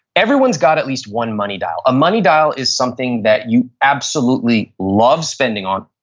everyone's got at least one money dial. a money dial is something that you absolutely love spending on.